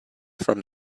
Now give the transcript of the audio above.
from